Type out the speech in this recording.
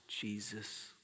Jesus